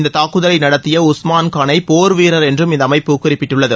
இந்த தாக்குதலை நடத்திய உஸ்மான் கான் ஐ போர் வீரர் என்றும் இந்த அமைப்பு குறிப்பிட்டுள்ளது